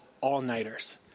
all-nighters